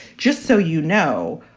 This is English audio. just so you know,